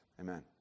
Amen